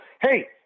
hey